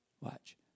Watch